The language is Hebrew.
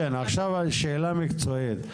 עכשיו שאלה מקצועית: